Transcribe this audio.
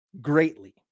greatly